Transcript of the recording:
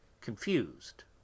confused